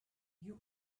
you